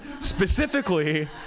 Specifically